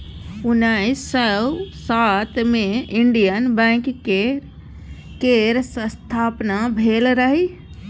उन्नैस सय सात मे इंडियन बैंक केर स्थापना भेल रहय